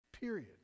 Period